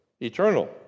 eternal